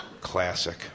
Classic